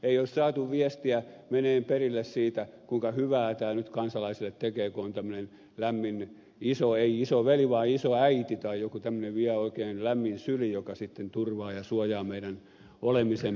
ei ole saatu viestiä menemään perille siitä kuinka hyvää tämä nyt kansalaisille tekee kun on tämmöinen lämmin ei isoveli vaan isoäiti tai joku tämmöinen oikein lämmin syli joka turvaa ja suojaa meidän olemisemme